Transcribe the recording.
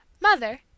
Mother